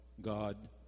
God